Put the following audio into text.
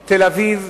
משל תל-אביב,